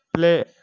play